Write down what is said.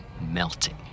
melting